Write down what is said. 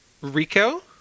Rico